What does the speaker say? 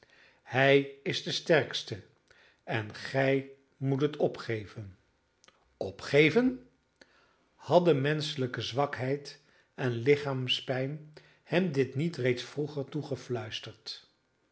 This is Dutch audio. hij is de sterkste en gij moet het opgeven opgeven hadden menschelijke zwakheid en lichaamspijn hem dit niet reeds vroeger